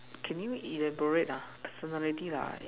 can you elaborate lah personality like